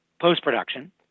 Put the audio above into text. post-production